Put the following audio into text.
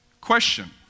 Question